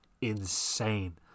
insane